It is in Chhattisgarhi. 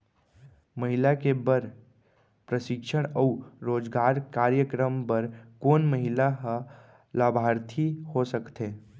महिला के बर प्रशिक्षण अऊ रोजगार कार्यक्रम बर कोन महिला ह लाभार्थी हो सकथे?